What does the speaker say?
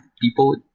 people